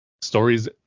stories